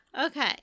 Okay